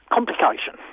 Complication